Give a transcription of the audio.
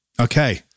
Okay